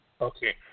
Okay